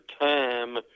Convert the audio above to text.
time